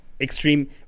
extreme